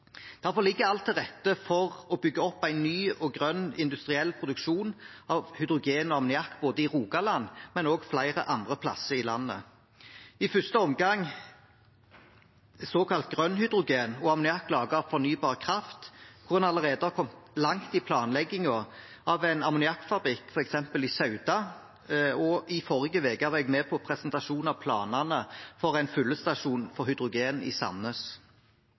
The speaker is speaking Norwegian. ligger alt til rette for å bygge opp en ny og grønn industriell produksjon av hydrogen og ammoniakk ikke bare i Rogaland, men også flere andre plasser i landet. Såkalt grønn hydrogen og ammoniakk er laget av fornybar kraft, hvor en allerede har kommet langt i planleggingen av en ammoniakkfabrikk f.eks. i Sauda. I forrige uke var jeg med på presentasjon av planene for en fyllestasjoner for hydrogen i